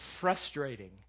frustrating